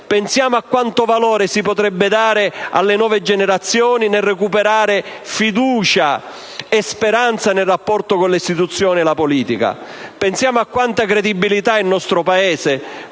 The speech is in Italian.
Pensiamo a quanto valore si potrebbe dare alle nuove generazioni recuperando fiducia e speranza nel rapporto con le istituzioni e la politica. Pensiamo a quanta credibilità il nostro Paese